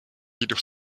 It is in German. jedoch